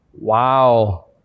Wow